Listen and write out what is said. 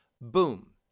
Boom